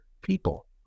people